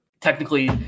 technically